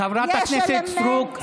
חברת הכנסת סטרוק,